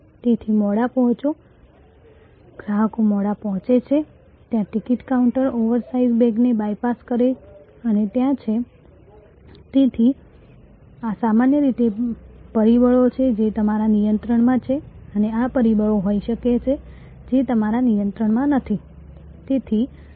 તેથી મોડા પહોંચો ગ્રાહકો મોડા પહોંચે છે ત્યાં ટિકિટ કાઉન્ટર ઓવરસાઈઝ બેગને બાયપાસ કરે અને ત્યાં છે તેથી આ સામાન્ય રીતે પરિબળો છે જે તમારા નિયંત્રણમાં છે અને આ પરિબળો હોઈ શકે છે જે તમારા નિયંત્રણમાં નથી